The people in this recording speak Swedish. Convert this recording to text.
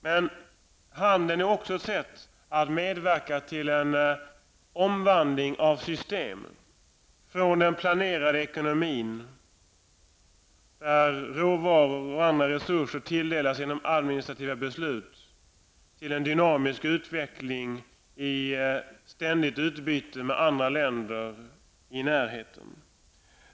Men att bedriva handel är också ett sätt att medverka till en omvandling av olika system -- från en planerad ekonomi, där råvaror och andra resurser tilldelas genom administrativa beslut, till en dynamisk utveckling med ett ständigt utbyte med andra länder i närheten.